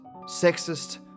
sexist